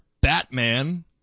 Batman